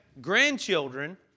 grandchildren